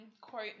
quote